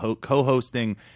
co-hosting